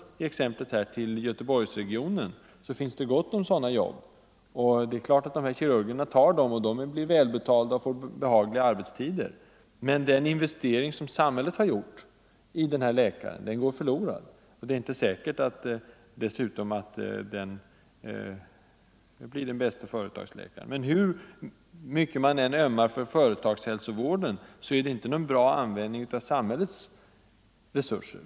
I Göteborgsregionen, för att nu hålla oss kvar vid det förra exemplet, finns det gott om sådana jobb, och det kan hända = Tjänster för att de här kirurgerna tar dem. Läkarna blir välbetalda och får behagliga = vidareutbildade arbetstider, men den investering som samhället har gjort i dem går för — läkare, m.m. lorad. Det är dessutom inte säkert att just dessa blir de bästa företagsläkarna. Hur mycket man än ömmar för företagshälsovården, så är det inte någon bra användning av samhällets resurser.